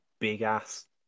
big-ass